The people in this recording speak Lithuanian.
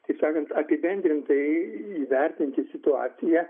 taip sakant apibendrintai įvertinti situaciją